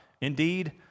indeed